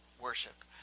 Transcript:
worship